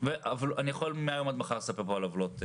אני יכול מהיום ועד מחר לספר פה על עוולות.